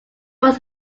was